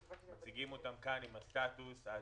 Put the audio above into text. מציגים אותם כאן עם הסטטוס העדכני,